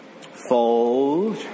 fold